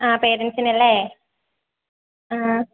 ആ പേരൻസിനെ അല്ലെ ആ